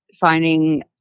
finding